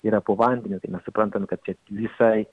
yra po vandeniu tai mes suprantam kad čia visai